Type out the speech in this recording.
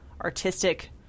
artistic